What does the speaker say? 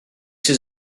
ces